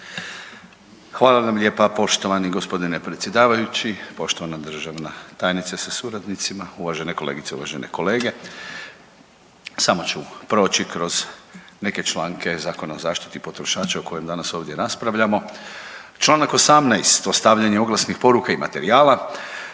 Hvala vam lijepa poštovani g. predsjedavajući, poštovani državna tajnice sa suradnicima, uvažene kolegice, uvažene kolege. Samo ću proći kroz neke članke Zakona o zaštiti potrošača o kojem danas ovdje raspravljamo. Čl. 18 o stavljanju oglasnih poruka i materijala